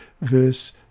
verse